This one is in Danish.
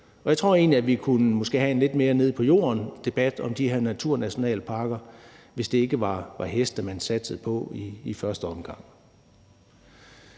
Jeg tror egentlig, at vi kunne have en lidt mere nede på jorden-debat om de her naturnationalparker, hvis det ikke var heste, man satsede på i første omgang.